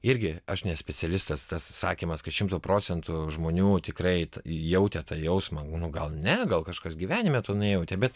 irgi aš ne specialistas tas sakymas kad šimtu procentų žmonių tikrai jautė tą jausmą nu gal ne gal kažkas gyvenime to nejautė bet